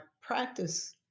practice